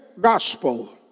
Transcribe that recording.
gospel